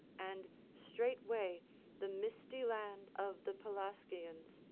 and straightway the misty land of the pelasgians,